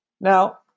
Now